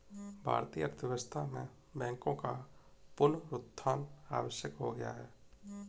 भारतीय अर्थव्यवस्था में बैंकों का पुनरुत्थान आवश्यक हो गया है